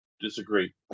Disagree